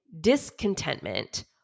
discontentment